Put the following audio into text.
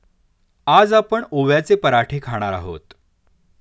आज आपण ओव्याचे पराठे खाणार आहोत